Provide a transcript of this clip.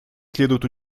следует